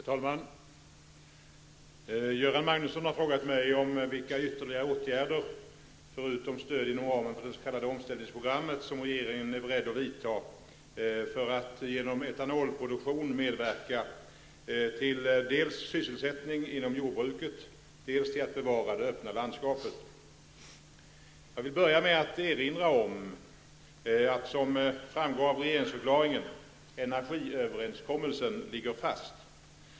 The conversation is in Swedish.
Herr talman! Göran Magnusson har frågat mig vilka ytterligare åtgärder, förutom stöd inom ramen för det s.k. omställningsprogrammet, som regeringen är beredd att vidta för att genom etanolproduktion medverka dels till sysselsättning inom jordbruket, dels till att bevara det öppna landskapet. Jag vill börja med att erinra om att, som framgår av regeringsförklaringen, energiöverenskommelsen ligger fast.